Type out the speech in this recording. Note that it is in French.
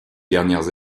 dernières